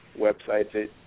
websites